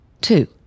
Two